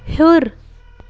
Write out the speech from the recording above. ہیوٚر